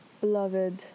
beloved